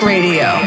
Radio